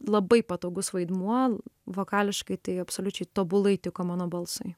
labai patogus vaidmuo vokališkai tai absoliučiai tobulai tikomano balsui